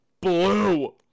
blue